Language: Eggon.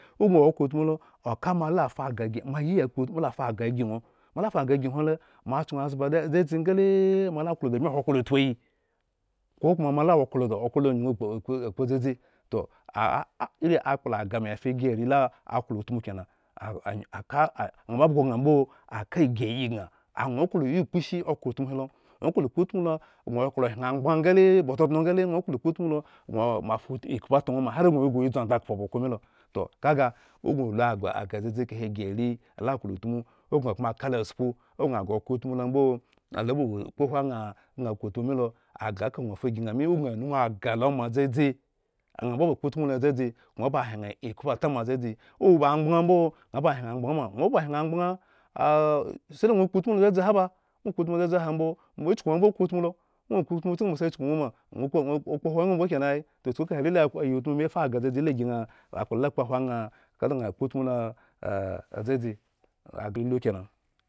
Owo gno wa okhro utmu lo mayila fa aga la gi nwo le moachinwoazba d zadzi nga lemoa la klobmiha, okhro tpuayi to "ah ah" akpla aga laa me ya fa gi are klo utmu kena aka na babgo ngna ambo aka egiayi nwo klo yo kpo eshi okhro utmu he lo nwo klo ya kpo eshi okhro utmu he kena aka na babgo gna ambo aka egiayinwo klo yo kpo eshi okhro utmu he lo nwo klo ya kpo lo gna hyan angban nga le gnon nwo klo ya kpo utmu lo mo afa ikhpu ata nnwo ma ba nwo dzu andakhpo ba okhro miilo kaga owo gno fa aga dzadzi kahe gi la klo utmu gna aka lo spu owo gna gre okhroutmu lo ambo lo spu owo gna gre okhro utmu mii lo eka gno fa gi na mi owo gna nunaga lo ma dzadzi ana ba kpo utmu lo dzadzi nga ba hyen ikhpu atamadzadzi owo ba angban mboo na ba hyan angban ma owo gno hyan angban saidai nwo kpo utma gn o wo dzadzi hai mbo moa chuku no okhro utmu owo gno kpo utmu chin moa sa chuku no ma nwo kpokpo kpohe are la yi utmu bmi la fa aga dzadzi laa ygi ña "la a" kpohwo na gna kpo utmu adzadzi agremi kena.